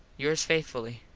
yours faithfully,